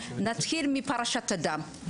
נתחיל מפרשת הדם.